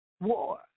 war